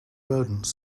rodents